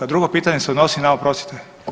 A drugo pitanje se odnosi na oprostite?